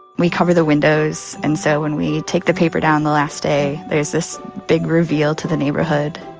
we cover the windows. and so when we take the paper down the last day, there's this big reveal to the neighborhood,